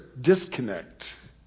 disconnect